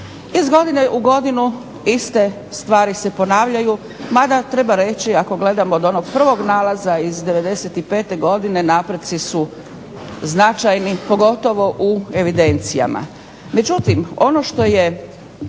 Iz godine u godinu iste stvari se ponavljaju, mada treba reći ako gledam od onog prvog nalaza iz '95. godine napredci su značajni pogotovo u evidencijama.